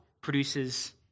Produces